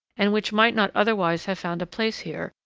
and which might not otherwise have found a place here,